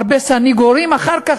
הרבה סנגורים אחר כך,